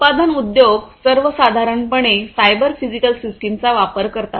उत्पादन उद्योग सर्व साधारणपणे सायबर फिजिकल सिस्टमचा वापर करतात